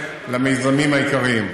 למיזמים העיקריים.